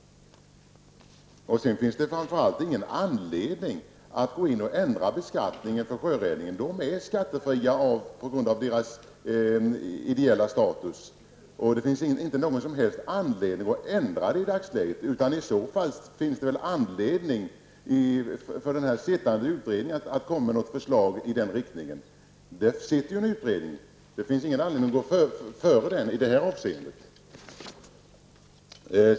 Det finns framför allt ingen anledning att i dagsläget ändra beskattningen för Sjöräddningssällskapet. Sällskapet är skattebefriat på grund av dess ideella status. Däremot kan det finnas anledning för den sittande utredningen att lägga fram förslag i den riktningen. Det finns ingen anledning att föregripa utredningen i det här avseendet.